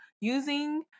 using